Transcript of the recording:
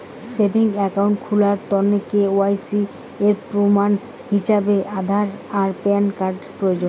savings account খুলার তন্ন KYC এর প্রমাণ হিছাবে আধার আর প্যান কার্ড প্রয়োজন